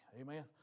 Amen